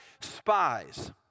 spies